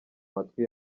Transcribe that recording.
matwi